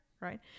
Right